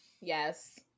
Yes